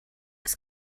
oes